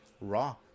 Raw